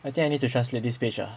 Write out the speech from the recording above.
I think I need to translate this page ah